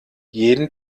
jeden